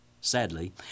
Sadly